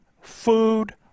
food